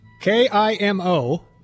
K-I-M-O